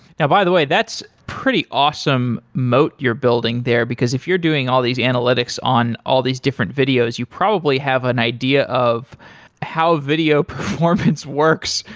yeah by the way, that's pretty awesome moat you're building there, because if you're doing all these analytics on all these different videos, you probably have an idea of how video performance works.